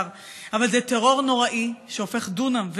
הראשונה, מטעם המחנה הציוני: דרום שחור.